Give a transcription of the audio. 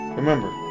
remember